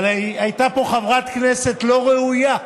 אבל הייתה פה חברת כנסת לא ראויה,